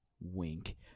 Wink